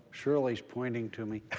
shirley's pointing to me.